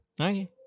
okay